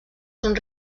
són